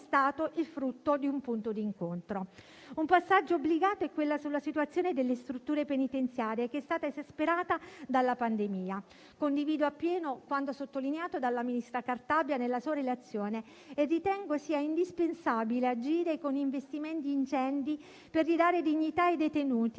stato il frutto di un punto d'incontro. Un passaggio obbligato è quello sulla situazione delle strutture penitenziarie, che è stata esasperata dalla pandemia. Condivido appieno quanto sottolineato dalla ministra Cartabia nella sua relazione e ritengo sia indispensabile agire con investimenti ingenti per ridare dignità ai detenuti